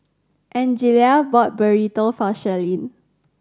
Angelia bought Burrito for Shirleen